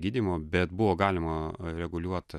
gydymo bet buvo galima reguliuot